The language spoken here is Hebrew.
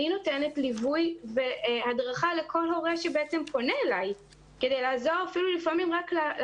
אני נותנת ליווי והדרכה לכל הורה שפונה אלי ולפעמים אפילו כדי